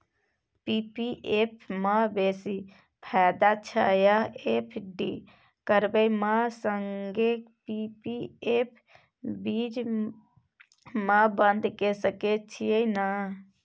P P F म बेसी फायदा छै या एफ.डी करबै म संगे पी.पी एफ बीच म बन्द के सके छियै न?